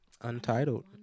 Untitled